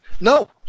no